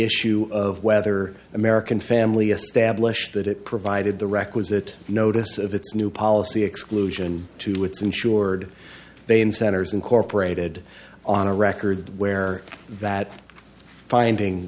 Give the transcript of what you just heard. issue of whether american family a stablished that it provided the requisite notice of its new policy exclusion to its insured they in centers incorporated on a record where that finding